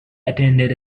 attended